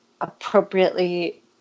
appropriately